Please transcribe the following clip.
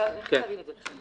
אני חייבת להבין את זה.